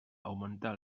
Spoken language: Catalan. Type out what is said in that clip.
augmentar